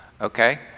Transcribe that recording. Okay